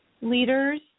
leaders